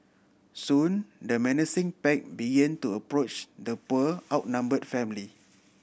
soon the menacing pack begin to approach the poor outnumbered family